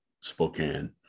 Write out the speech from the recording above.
spokane